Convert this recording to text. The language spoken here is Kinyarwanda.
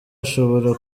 ashobora